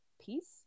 peace